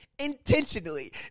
intentionally